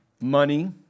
money